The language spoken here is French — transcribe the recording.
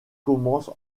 commence